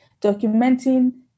documenting